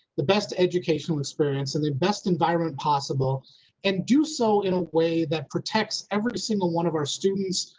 the best educational experience and the best environment possible and do so in a way that protects every single one of our students,